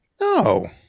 no